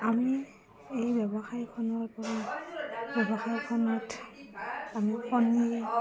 আমি এই ব্যৱসায়খনৰপৰা ব্যৱসায়খনত আমি কণী